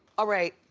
alright,